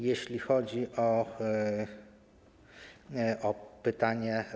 Jeśli chodzi o pytanie.